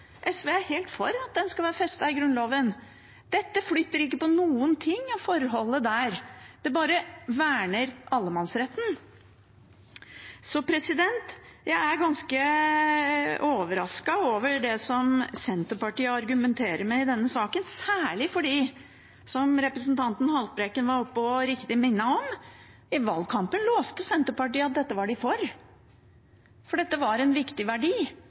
skal være festet i Grunnloven. Dette flytter ikke på noen ting av forholdet der, det bare verner allemannsretten. Så jeg er ganske overrasket over det som Senterpartiet argumenterer med i denne saken, særlig fordi, som representanten Haltbrekken var oppe og riktig minnet om, Senterpartiet i valgkampen lovte at dette var de for, for dette var en viktig verdi,